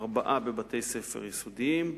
ארבעה בבתי-ספר יסודיים,